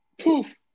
poof